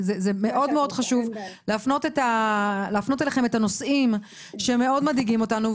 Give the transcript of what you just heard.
זה מאוד מאוד חשוב להפנות אליכם את הנושאים שמאוד מדאיגים אותנו.